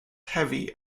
heavy